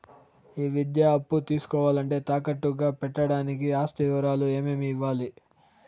ఈ విద్యా అప్పు తీసుకోవాలంటే తాకట్టు గా పెట్టడానికి ఆస్తి వివరాలు ఏమేమి ఇవ్వాలి?